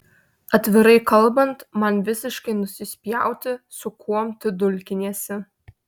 atvirai kalbant man visiškai nusispjauti su kuom tu dulkiniesi